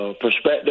perspective